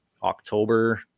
october